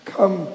Come